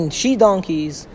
she-donkeys